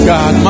God